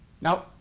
Now